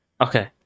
Okay